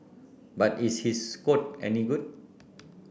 but is his code any good